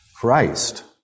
Christ